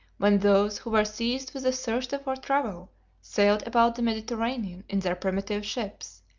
when those who were seized with a thirst for travel sailed about the mediterranean in their primitive ships,